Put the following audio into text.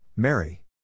Mary